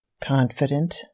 confident